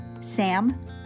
Sam